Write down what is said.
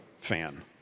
fan